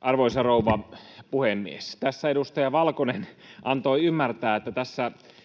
Arvoisa rouva puhemies! Tässä edustaja Valkonen antoi ymmärtää, että